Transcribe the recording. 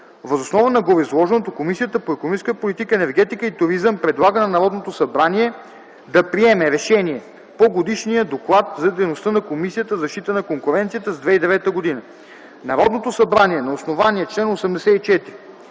Въз основа на гореизложеното Комисията по икономическата политика, енергетика и туризъм предлага на Народното събрание да приеме: РЕШЕНИЕ по Годишния доклад за дейността на Комисията за защита на конкуренцията за 2009 г. Народното събрание на основание чл. 84,